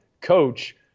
coach